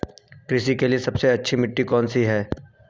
कृषि के लिए सबसे अच्छी मिट्टी कौन सी है?